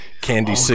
Candy